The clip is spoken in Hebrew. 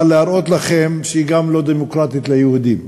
אבל אני רוצה להראות לכם שהיא לא דמוקרטית גם ליהודים.